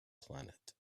planet